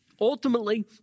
ultimately